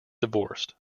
divorced